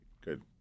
Good